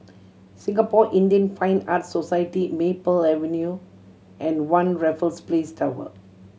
Singapore Indian Fine Arts Society Maple Avenue and One Raffles Place Tower